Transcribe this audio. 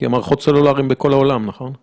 כי המערכות הסלולריות בכל העולם, נכון?